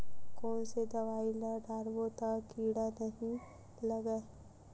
कोन से दवाई ल डारबो त कीड़ा नहीं लगय?